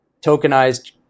tokenized